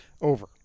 over